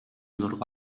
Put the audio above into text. nurga